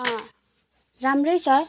अँ राम्रै छ